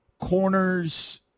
Corners